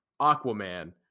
Aquaman